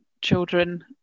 children